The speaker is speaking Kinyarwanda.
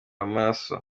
amaraso